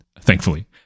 thankfully